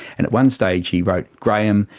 and one stage he wrote, graeme,